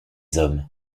hommes